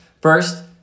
First